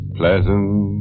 pleasant